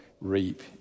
reap